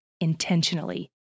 intentionally